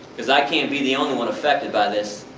because i can't be the only one affected by this.